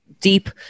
deep